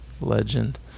legend